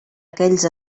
aquells